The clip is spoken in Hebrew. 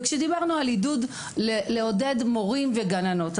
כאשר דיברנו על לעודד מורים וגננות,